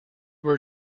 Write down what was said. were